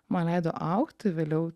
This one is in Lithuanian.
man leido augti vėliau